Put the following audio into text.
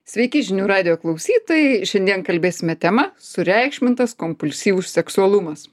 sveiki žinių radijo klausytojai šiandien kalbėsime tema sureikšmintas kompulsyvus seksualumas